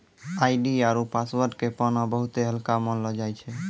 ID आरु password के पाना बहुते हल्का मानलौ जाय छै